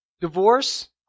Divorce